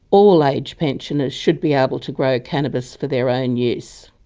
all age pensioners should be able to grow cannabis for their own use.